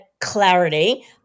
clarity